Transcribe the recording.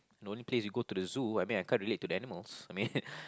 the only place we go to the zoo I mean I can't relate to the animals I mean